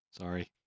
Sorry